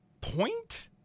point